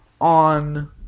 on